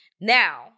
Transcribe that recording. Now